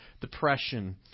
depression